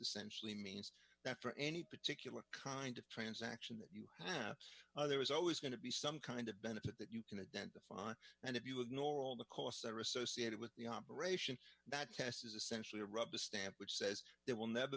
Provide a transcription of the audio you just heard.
sensually means that for any particular kind of transaction that you have other was always going to be some kind of benefit that you can identify and if you ignore all the costs that are associated with the operation that test is essentially a rubber stamp which says there will never